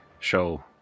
Show